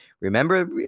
Remember